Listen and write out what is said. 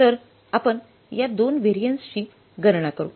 तर आपण या 2 व्हॅरियन्सची गणना करू